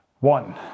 One